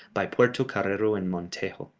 by puerto carrero and montejo.